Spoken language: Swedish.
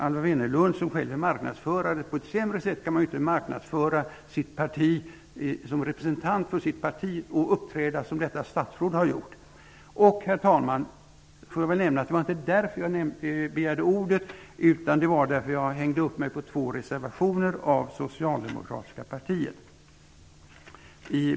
Alwa Wennerlund, som själv är marknadsförare, förstår väl att på ett sämre sätt kan man inte marknadsföra sitt parti, genom att uppträda som detta statsråd har gjort. Herr talman! Det var inte därför jag begärde ordet. Det var för att jag hängde upp mig på två reservationer från Socialdemokratiska partiet.